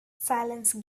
silence